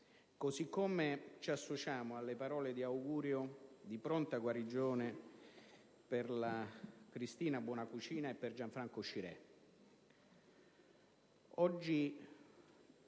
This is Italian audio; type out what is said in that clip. così come alle parole di augurio di pronta guarigione per Cristina Buonacucina e Gianfranco Scirè.